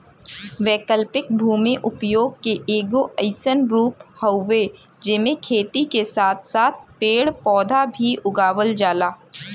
वैकल्पिक भूमि उपयोग के एगो अइसन रूप हउवे जेमे खेती के साथ साथ पेड़ पौधा भी उगावल जाला